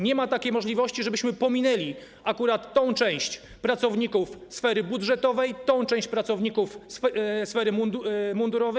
Nie ma takiej możliwości, żebyśmy pominęli akurat tę część pracowników sfery budżetowej, tę część pracowników sfery mundurowej.